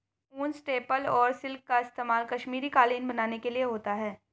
ऊन, स्टेपल और सिल्क का इस्तेमाल कश्मीरी कालीन बनाने के लिए होता है